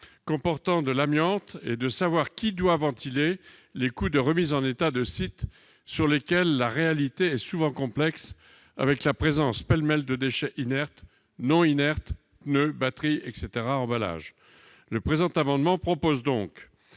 comportant de l'amiante et de savoir qui doit ventiler les coûts de remise en état de sites sur lesquels la réalité est souvent complexe avec la présence pêle-mêle de déchets inertes, non inertes, pneus, batteries, emballages ... Cet amendement vise donc